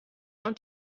und